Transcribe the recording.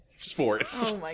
sports